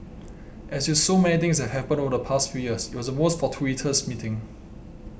as with so many things that have happened over the past few years it was a most fortuitous meeting